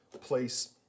place